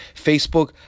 Facebook